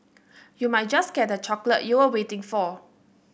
you might just get that chocolate you were waiting for